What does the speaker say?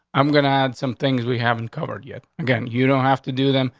i'm gonna add some things we haven't covered yet. again. you don't have to do them.